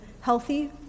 healthy